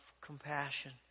compassion